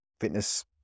fitness